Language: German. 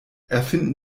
erfinden